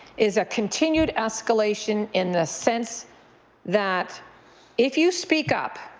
is a continued escalation in the sense that if you speak up,